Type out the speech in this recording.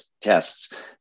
tests